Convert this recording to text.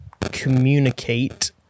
communicate